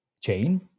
chain